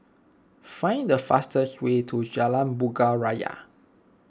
find the fastest way to Jalan Bunga Raya